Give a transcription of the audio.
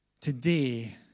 today